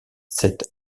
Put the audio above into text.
cette